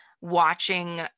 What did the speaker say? watching